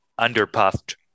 underpuffed